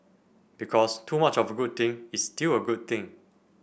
because too much of a good thing is still a good thing